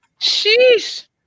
Sheesh